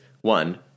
one